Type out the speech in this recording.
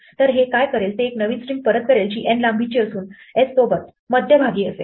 तर हे काय करेल ते एक नवीन स्ट्रिंग परत करेल जी n लांबीची असून s सोबत मध्यभागी असेल